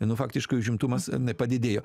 nu faktiškai užimtumas nepadidėjo